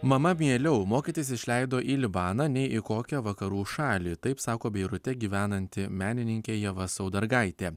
mama mieliau mokytis išleido į libaną nei į kokią vakarų šalį taip sako beirute gyvenanti menininkė ieva saudargaitė